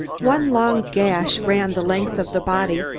one long gash ran the length of the body,